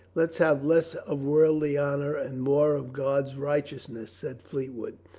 let's have less of worldly honor and more of god's righteousness, said fleetwood.